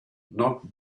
not